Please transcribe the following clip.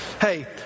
Hey